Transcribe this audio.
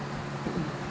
mm